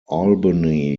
albany